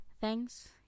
thanks